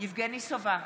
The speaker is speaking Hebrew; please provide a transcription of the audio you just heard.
יבגני סובה,